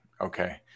Okay